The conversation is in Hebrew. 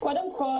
קודם כול,